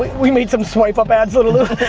we made some swipe up ads, little lou.